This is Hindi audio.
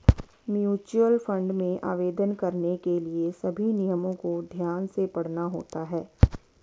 म्यूचुअल फंड में आवेदन करने के लिए सभी नियमों को ध्यान से पढ़ना होता है